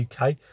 uk